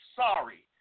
sorry